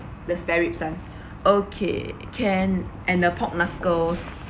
the spare ribs ah okay can and the pork knuckles